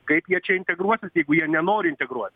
kaip jie čia integruosis jeigu jie nenori integruo